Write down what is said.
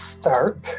start